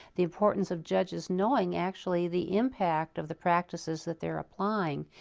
the importance of judges knowing actually the impact of the practices that they're applying.